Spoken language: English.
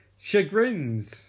chagrins